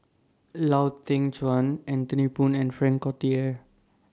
Lau Teng Chuan Anthony Poon and Frank Cloutier